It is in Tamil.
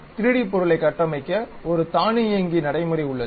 3D பொருளை கட்டமைக்க ஒரு தானியங்கி நடைமுறை உள்ளது